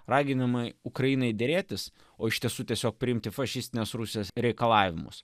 raginimai ukrainai derėtis o iš tiesų tiesiog priimti fašistinės rusijos reikalavimus